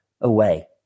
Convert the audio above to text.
away